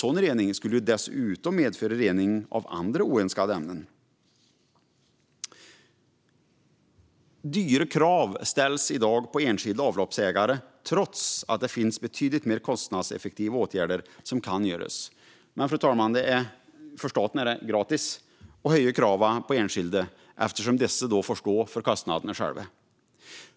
Sådan rening skulle dessutom medföra rening av andra oönskade ämnen. Dyra krav ställs i dag på enskilda avloppsägare trots att det finns betydligt mer kostnadseffektiva åtgärder som kan göras. Men det är för staten "gratis" att höja kraven på enskilda eftersom dessa får stå för kostnaden själva.